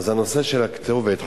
הנושא של הכתובת,